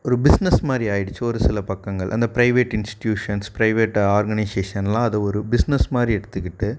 ஒரு பிஸ்னஸ் மாதிரி ஆகிடுச்சி ஒரு சில பக்கங்கள் அந்த ப்ரைவேட் இன்ஸ்டியூஷன் ப்ரைவேட் ஆர்கனைசேஷன்லாம் அது ஒரு பிஸ்னஸ் மாதிரி எடுத்துக்கிட்டு